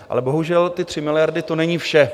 Ale bohužel, ty 3 miliardy, to není vše.